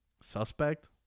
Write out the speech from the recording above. suspect